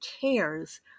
cares